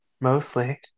mostly